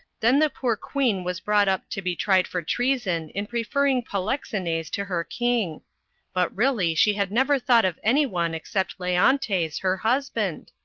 then the poor queen was brought up to be tried for treason in preferring polixenes to her king but really she had never thought of anyone except leontes, her husband.